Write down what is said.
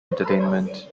entertainment